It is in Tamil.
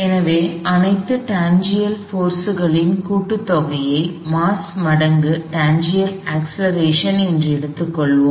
எனவே அனைத்து டான்சென்ஷியல் போர்ஸ்களின் கூட்டுத்தொகையை மாஸ் மடங்கு டான்சென்ஷியல் அக்ஸ்லெரேஷன் என்று எடுத்துக் கொள்வோம்